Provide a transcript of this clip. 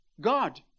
God